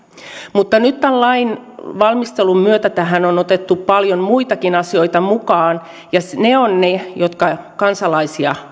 mutta nyt tämän lain valmistelun myötä tähän on otettu paljon muitakin asioita mukaan ja ne ovat ne jotka kansalaisia